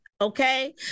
okay